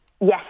Yes